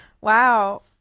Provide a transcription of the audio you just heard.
Wow